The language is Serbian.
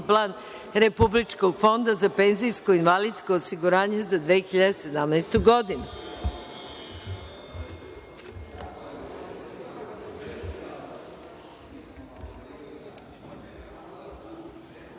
plan Republičkog fonda za penzijsko i invalidsko osiguranje za 2017.